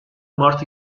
mart